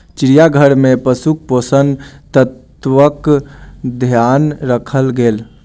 चिड़ियाघर में पशुक पोषक तत्वक ध्यान राखल गेल